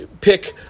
pick